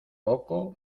poco